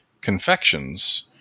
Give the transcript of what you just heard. confections